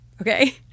okay